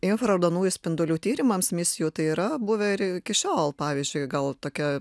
infraraudonųjų spindulių tyrimams misijų tai yra buvę ir iki šiol pavyzdžiui gal tokia